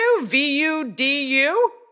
V-U-D-U